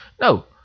no